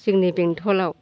जोंनि बेंथलाव